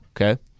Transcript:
okay